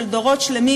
של דורות שלמים,